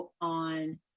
on